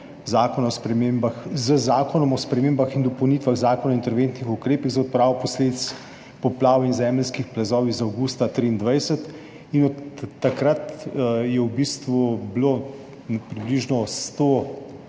Zakonom o spremembah in dopolnitvah Zakona o interventnih ukrepih za odpravo posledic poplav in zemeljskih plazov iz avgusta 2023. Od takrat je približno 100